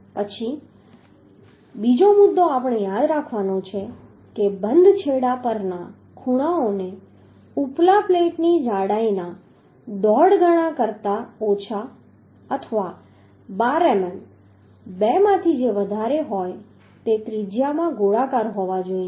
પછી બીજો મુદ્દો આપણે યાદ રાખવાનો છે કે બંધ છેડા પરના ખૂણાઓને ઉપલા પ્લેટની જાડાઈના દોઢ ગણા કરતા ઓછા અથવા 12 મીમી બેમાંથી જે વધારે હોય તે ત્રિજ્યામાં ગોળાકાર હોવા જોઈએ